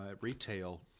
retail